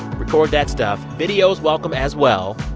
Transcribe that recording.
record that stuff. videos welcome as well.